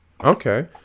Okay